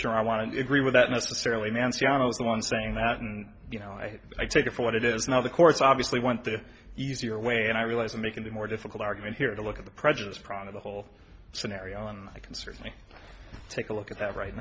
sure i want to agree with that necessarily nancy when i was the one saying that and you know i i take it for what it is now the courts obviously want the easier way and i realize i'm making the more difficult argument here to look at the prejudice proud of the whole scenario and i can certainly take a look at that right